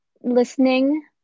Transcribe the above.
listening